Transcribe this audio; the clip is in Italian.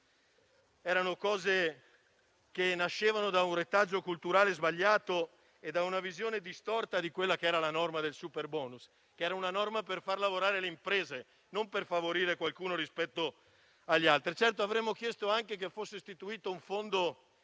altre cose che nascevano da un retaggio culturale sbagliato e da una visione distorta della norma del superbonus, che era nata per far lavorare le imprese e non per favorire qualcuno rispetto ad altri. Abbiamo chiesto che fosse istituito un fondo